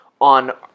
on